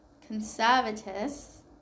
Conservatives